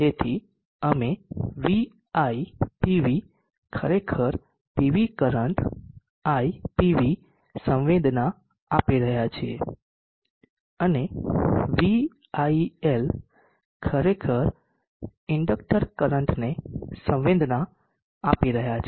તેથી અમે VIpv ખરેખર પીવી કરંટ IPV સંવેદના આપી રહ્યા છીએ અને VIL ખરેખર ઇન્ડકટર કરંટને સંવેદના આપી રહ્યા છે